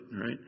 right